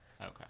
Okay